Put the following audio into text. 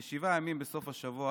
בשבעה ימים בסוף השבוע,